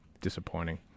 disappointing